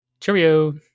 Cheerio